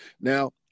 Now